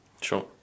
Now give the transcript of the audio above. Sure